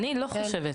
זו חובתו,